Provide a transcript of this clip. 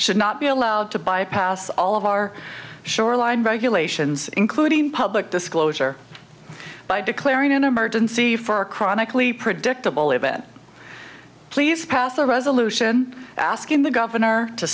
should not be allowed to bypass all of our shoreline regulations including public disclosure by declaring an emergency for a chronically predictable event please pass a resolution asking the governor to